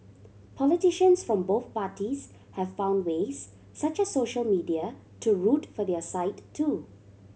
politicians from both parties have found ways such as social media to root for their side too